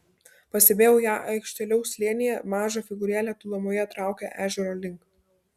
pastebėjau ją aukštėliau slėnyje maža figūrėlė tolumoje traukė ežero link